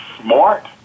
smart